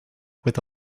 with